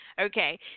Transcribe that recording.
Okay